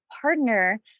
partner